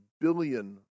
billion